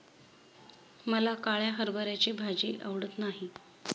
मला काळ्या हरभऱ्याची भाजी आवडत नाही